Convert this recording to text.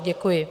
Děkuji.